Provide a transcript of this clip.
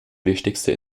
wichtigste